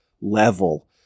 level